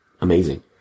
amazing